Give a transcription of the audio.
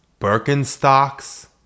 Birkenstocks